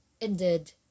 indeed